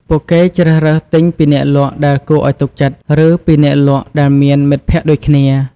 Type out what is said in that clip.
ពួកគេជ្រើសរើសទិញពីអ្នកលក់ដែលគួរឱ្យទុកចិត្ត ឬពីអ្នកលក់ដែលមានមិត្តភក្តិដូចគ្នា។